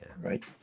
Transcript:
right